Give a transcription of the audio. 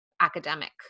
academic